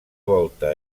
volta